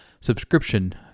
subscription